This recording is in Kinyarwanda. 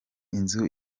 inzu